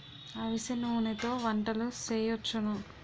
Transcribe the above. అవిసె నూనెతో వంటలు సేయొచ్చును